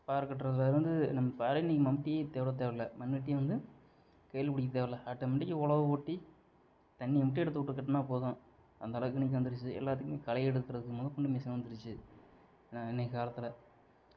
பாறை கட்டுறதுலேருந்து நம்ம பாறை இன்றைக்கி மம்டியே தொட தேவையில்ல மண்வெட்டி வந்து கையில் பிடிக்க தேவையில்லை ஆட்டோமேட்டிக்காக உழவு ஓட்டி தண்ணியை மட்டும் எடுத்துவிட்டு கட்டினா போதும் அந்தளவுக்கு இன்றைக்கி வந்துடுச்சு எல்லாத்தையுமே களை எடுக்கிறதுக்கு முதக்கொண்டு மிஷின் வந்திடுச்சி என்ன இன்றைக்கி காலத்தில்